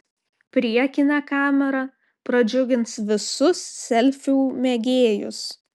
priekinė kamera pradžiugins visus selfių mėgėjus